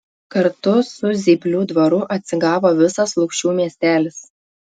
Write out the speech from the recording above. kartu su zyplių dvaru atsigavo visas lukšių miestelis